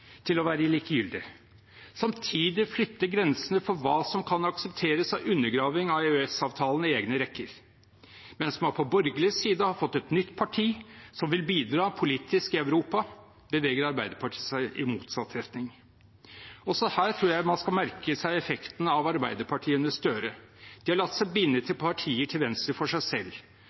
til å være likegyldig. Samtidig flyttes grensene for hva som kan aksepteres av undergraving av EØS-avtalen i egne rekker. Mens man på borgerlig side har fått et nytt parti som vil bidra politisk i Europa, beveger Arbeiderpartiet seg i motsatt retning. Også her tror jeg man skal merke seg effekten av at Arbeiderpartiet med Gahr Støre har latt seg binde til partier til venstre for seg selv.